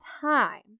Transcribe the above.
time